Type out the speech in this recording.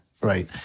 right